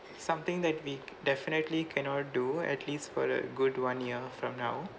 something that we definitely cannot do at least for a good one year from now